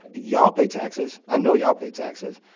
y'all pay taxes. i know y'all pay taxes.